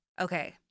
Okay